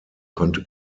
konnte